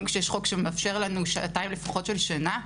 גם כשיש חוק שמאפשר לנו שעתיים לפחות של שינה,